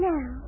Now